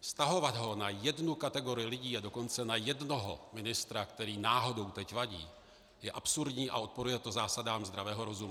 Vztahovat ho na jednu kategorii lidí, dokonce na jednoho ministra, který náhodou teď vadí, je absurdní a odporuje to zásadám zdravého rozumu.